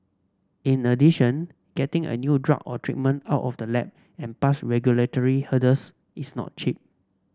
in addition getting a new drug or treatment out of the lab and past regulatory hurdles is not cheap